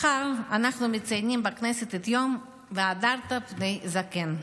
מחר אנחנו מציינים בכנסת את יום "והדרת פני זקן".